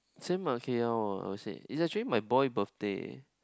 same ah K L ah I would say it's actually my boy birthday